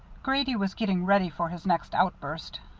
grady was getting ready for his next outburst,